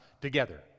together